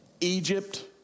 Egypt